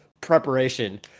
preparation